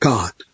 God